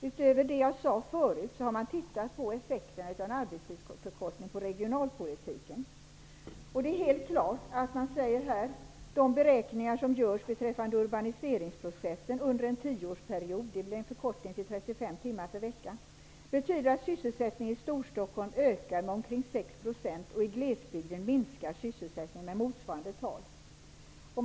Utöver det jag sade förut om kommitténs arbete så har man tittat på effekterna på regionalpolitiken av en arbetstidsförkortning. Man säger att de beräkningar som görs beträffande urbaniseringsprocessen under en tioårsperiod -- med en förkortning till 35 timmar per vecka -- visar att sysselsättningen i Storstockholm ökar med omkring 6 % och att sysselsättningen i glesbygden minskar med motsvarande tal.